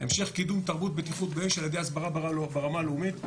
המשך קידום תרבות בטיחות באש על ידי הסברה ברמה הלאומית.